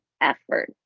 effort